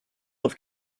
have